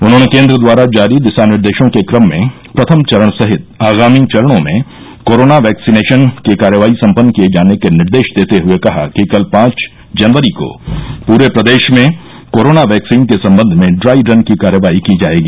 उन्होंने केन्द्र द्वारा जारी दिशा निर्देशों के क्रम में प्रथम चरण सहित आगामी चरणों में कोरोना वैक्सीनेशन की कार्यवाही सम्पन्न किए जाने के निर्देश देते हुए कहा कि कल पांच जनवरी को पूरे प्रदेश में कोरोना वैक्सीन के सम्बन्ध में डाई रन की कार्यवाही की जाएगी